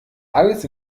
alles